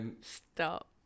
stop